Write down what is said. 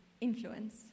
influence